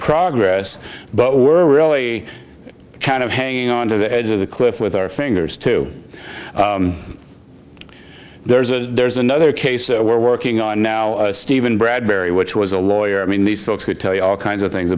progress but we're really kind of hanging on to the edge of the cliff with our fingers too there's a there's another case we're working on now steven bradbury which was a lawyer i mean these folks would tell you all kinds of things